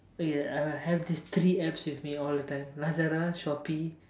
ya I have these three apps with me all the time Lazada Shopee